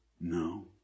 No